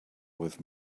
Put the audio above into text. with